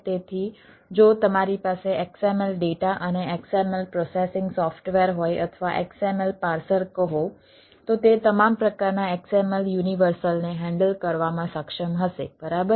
તેથી જો તમારી પાસે XML ડેટા અને XML પ્રોસેસિંગ સોફ્ટવેર હોય અથવા XML પાર્સર કહો તો તે તમામ પ્રકારના XML યુનિવર્સલને હેન્ડલ કરવામાં સક્ષમ હશે બરાબર